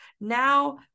now